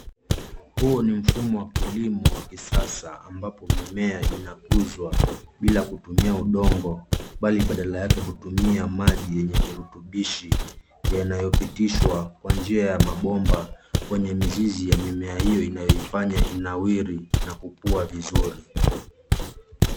Huu ni mfumo wa kilimo wa kisasa, ambapo mimea inakuzwa, bila kutumia udongo, mbali badala yake hutumia maji yenye virutubishi yanayopitishwa kwa njia ya mabomba kwenye mizizi ya mimea hiyo inayoifanya imenawiri, na kukua vizuri.